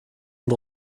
und